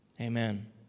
Amen